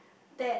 dad